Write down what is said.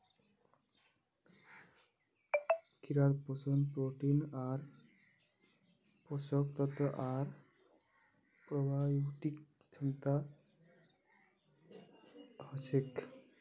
कीड़ात पोषण प्रोटीन आर पोषक तत्व आर प्रोबायोटिक क्षमता हछेक